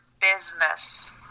business